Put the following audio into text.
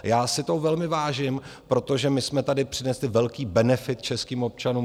Já si toho velmi vážím, protože my jsme tady přinesli velký benefit českým občanům.